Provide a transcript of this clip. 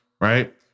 Right